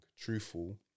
truthful